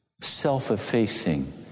self-effacing